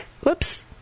Whoops